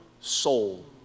soul